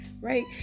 right